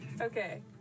Okay